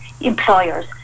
employers